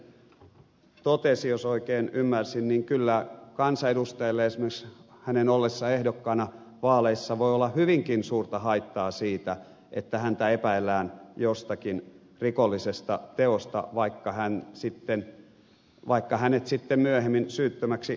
söderman äsken totesi jos oikein ymmärsin kyllä kansanedustajalle ja esimerkiksi hänen ollessaan ehdokkaana vaaleissa voi olla hyvinkin suurta haittaa siitä että häntä epäillään jostakin rikollisesta teosta vaikka hänet sitten myöhemmin syyttömäksi todettaisiinkin